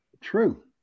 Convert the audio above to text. True